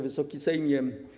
Wysoki Sejmie!